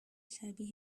شبیه